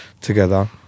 together